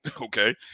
okay